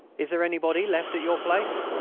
is there anybody left at your place?